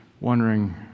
wondering